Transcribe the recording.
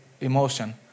emotion